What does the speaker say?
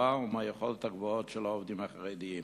ומהיכולות הגבוהות של העובדים החרדים.